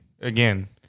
again